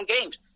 games